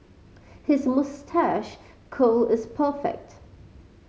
his moustache curl is perfect